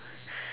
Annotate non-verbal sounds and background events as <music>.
<breath>